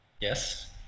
Yes